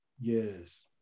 Yes